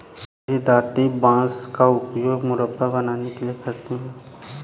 मेरी दादी बांस का उपयोग मुरब्बा बनाने के लिए करती हैं